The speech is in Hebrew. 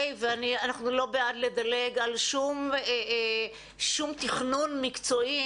אנחנו לא בעד לדלג על שום תכנון מקצועי